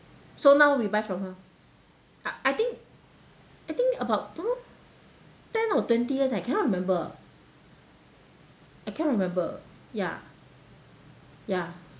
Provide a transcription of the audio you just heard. so now we buy for her I think I think about don't know ten or twenty years leh I cannot remember I cannot remember ya ya